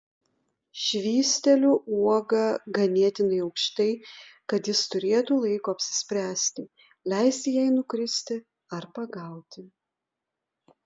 švysteliu uogą ganėtinai aukštai kad jis turėtų laiko apsispręsti leisti jai nukristi ar pagauti